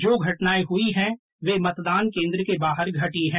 जो घटनाएं हुई भी हैं वे मतदान केंद्र के बाहर घटी हैं